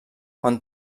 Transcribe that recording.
quan